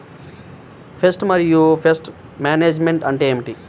Pest మరియు pest management అంటే ఏమిటి?